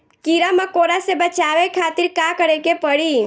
कीड़ा मकोड़ा से बचावे खातिर का करे के पड़ी?